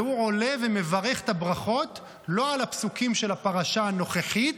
והוא עולה ומברך את הברכות לא על הפסוקים של הפרשה הנוכחית,